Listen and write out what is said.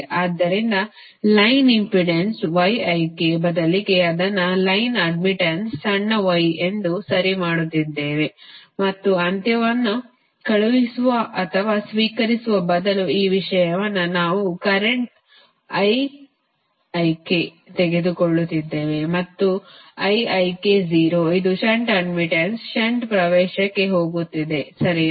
ಆದ್ದರಿಂದ line impedance ಬದಲಿಗೆ ಅದನ್ನು ಲೈನ್ ಅಡ್ಮಿಟನ್ಸ್ ಸಣ್ಣ y ಎಂದು ಸರಿ ಮಾಡುತ್ತಿದ್ದೇವೆ ಮತ್ತು ಅಂತ್ಯವನ್ನು ಕಳುಹಿಸುವ ಅಥವಾ ಸ್ವೀಕರಿಸುವ ಬದಲು ಈ ವಿಷಯವನ್ನು ನಾವು ಕರೆಂಟ್ ತೆಗೆದುಕೊಳ್ಳುತ್ತಿದ್ದೇವೆ ಮತ್ತು ಇದು ಷಂಟ್ ಅಡ್ಮಿಟನ್ಸ್ ಷಂಟ್ ಪ್ರವೇಶಕ್ಕೆ ಹೋಗುತ್ತಿದೆ ಸರಿನಾ